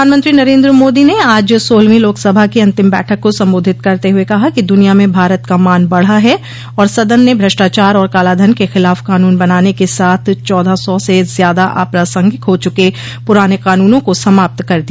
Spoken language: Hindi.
प्रधानमंत्री नरेन्द्र मोदी ने आज सोलहवीं लोकसभा की अंतिम बैठक को संबोधित करते हुए कहा कि दुनिया में भारत का मान बढ़ा है और सदन ने भ्रष्टाचार और कालाधन के खिलाफ कानून बनाने के साथ चौदह सौ से ज्यादा अप्रसांगिक हो चुके पुराने कानूनों को समाप्त कर दिया